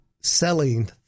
selling